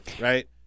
right